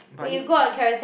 but need